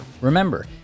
Remember